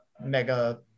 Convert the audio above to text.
mega